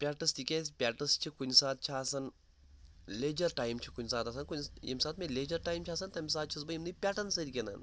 pets تِکیٛازِ pets چھِ کُنہِ ساتہٕ چھِ آسان لیجَر ٹایم چھُ کُنہِ ساتہٕ آسان کُنہِ ییٚمہِ ساتہٕ مےٚ لیجَر ٹایم چھِ آسان تَمہِ ساتہٕ چھُس بہٕ یِمنٕے پٮ۪ٹَن سۭتۍ گِنٛدان